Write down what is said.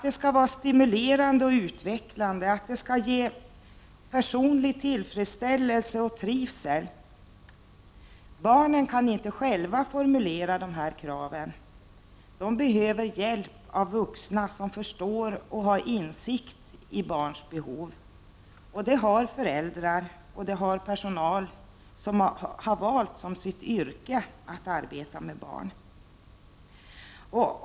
De skall vara stimulerande och utvecklande, och de skall ge personlig tillfredsställelse och trivsel. Barnen kan inte själva formulera de här kraven. De behöver hjälp av vuxna som förstår och har insikt i barns behov. Det har föräldrar, och det har personal som har valt som sitt yrke att arbeta med barn.